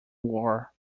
were